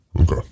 Okay